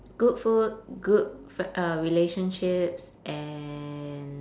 good food good f~ uh relationships and